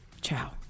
Ciao